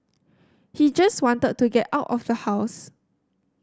he just wanted to get out of the house